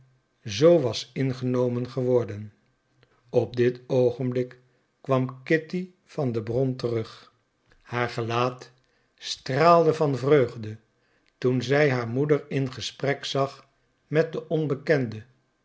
zoo was ingenomen geworden op dit oogenblik kwam kitty van de bron terug haar gelaat straalde van vreugde toen zij haar moeder in gesprek zag met de onbekende